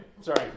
sorry